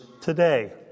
today